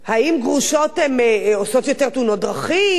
האם גרושות עושות יותר תאונות דרכים?